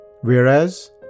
Whereas